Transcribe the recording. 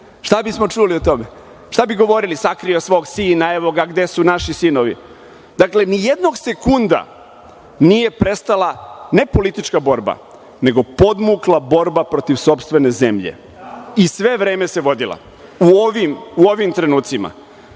Šta bismo čuli od tome? Šta bi govorili – sakrio svog sina, evo ga, gde su naši sinovi. Dakle, ni jednog sekunda nije prestala, ne politička borba, nego podmukla borba protiv sopstvene zemlje i sve vreme se vodila u ovim trenucima.